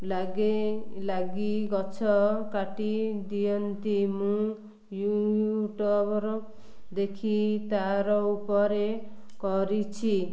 ଲାଗେ ଲାଗି ଗଛ କାଟି ଦିଅନ୍ତି ମୁଁ ୟୁଟ୍ୟୁବର ଦେଖି ତାର ଉପରେ କରିଛି